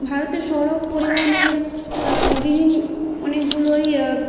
ভারতের সড়ক পরিবহনের বিভিন্ন অনেকগুলোই